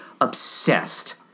obsessed